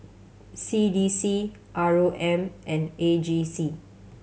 C D C R O M and A G C